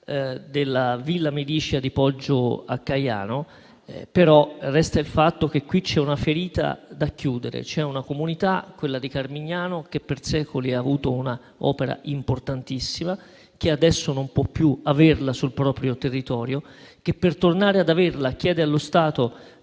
della Villa medicea di Poggio a Caiano. Resta il fatto che c'è una ferita da chiudere. C'è una comunità, quella di Carmignano, che per secoli ha avuto un'opera importantissima, che adesso non può più averla sul proprio territorio e che, per tornare ad averla, chiede allo Stato